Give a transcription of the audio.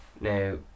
Now